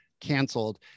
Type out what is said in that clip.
canceled